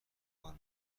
بار